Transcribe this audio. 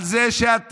על זה שאתם